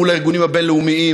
מול הארגונים הבין-לאומיים,